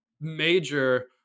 major